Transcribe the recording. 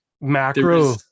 macro